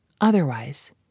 Otherwise